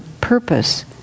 purpose